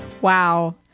Wow